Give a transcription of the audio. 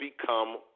become